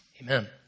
Amen